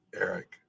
Eric